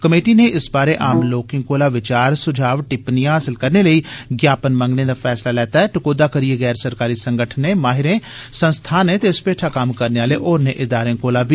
committee नै इस बारे आम लोके कोला बचार सुझाव टिप्पनियां हासल करने लेई ज्ञापन मॅगने दा फैसला लैता ऐ टकोह्दा करियै गैर सरकारी संगठनें माहिरें संस्थानें ते इस भेठा कम्म करने आले होरने इदारें कोला बी